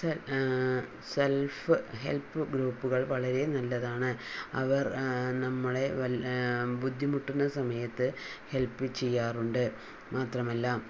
self help ഗ്രൂപ്പുകൾ വളരെ നല്ലതാണ് അവർ നമ്മളെ വല്ല ബുദ്ധിമുട്ടുന്ന സമയത്ത് ഹെല്പ് ചെയ്യാറുണ്ട് മാത്രമല്ല